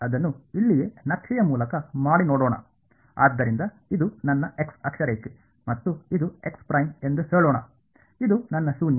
ಆದ್ದರಿಂದ ಅದನ್ನು ಇಲ್ಲಿಯೇ ನಕ್ಷೆಯಾ ಮೂಲಕ ಮಾಡಿ ನೋಡೋಣ ಆದ್ದರಿಂದ ಇದು ನನ್ನ ಎಕ್ಸ್ ಅಕ್ಷರೇಖೆ ಮತ್ತು ಇದು ಎಂದು ಹೇಳೋಣ ಇದು ನನ್ನ ಶೂನ್ಯ